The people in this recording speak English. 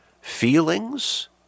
feelings